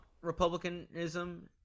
Republicanism